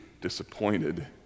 disappointed